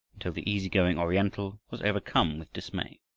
until the easy-going oriental was overcome with dismay.